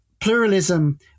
pluralism